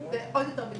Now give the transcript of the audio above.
ועוד יותר מזה,